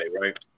right